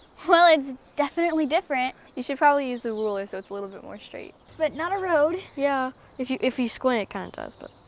well, it's definitely different. you should probably use the ruler so it's a little bit more straight. but not a road. yeah. if you if you squint it kind of does, but.